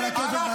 זה לא מזיז לי,